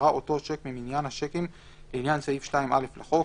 ייגרע אותו שיק ממניין השיקים לעניין סעיף 2(א) לחוק,